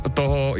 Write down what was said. toho